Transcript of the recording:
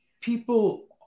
people